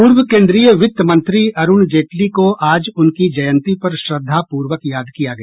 पूर्व केंद्रीय वित्त मंत्री अरुण जेटली को आज उनकी जयंती पर श्रद्धापूर्वक याद किया गया